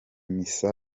misa